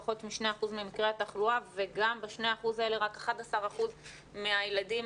פחות מ-2% ממקרי התחלואה וגם ב-2% האלה רק 11% מהילדים